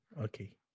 Okay